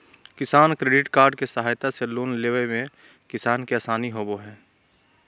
किसान credit card के सहायता से लोन लेवय मे किसान के आसानी होबय हय